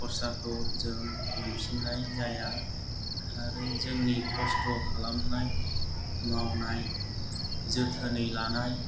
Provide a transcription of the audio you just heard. खरसाखौ जों मोनफिननाय जाया आरो जोंनि खस्थ' खालामनाय मावनाय जोथोन लानाय